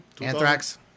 Anthrax